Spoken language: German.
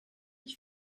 ich